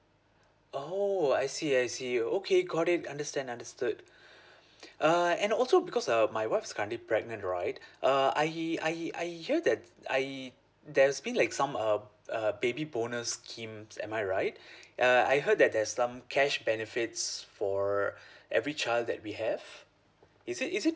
oh I see I see okay got it understand understood err and also because uh my wife's currently pregnant right uh I I I hear that I there's been like some um uh baby bonus schemes am I right uh I heard that there's some cash benefits for every child that we have is it is it